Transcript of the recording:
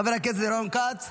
חבר הכנסת רון כץ,